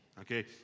Okay